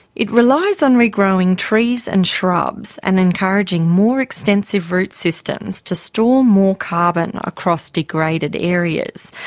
it relies on regrowing trees and shrubs, and encouraging more extensive root systems to store more carbon across degraded areas.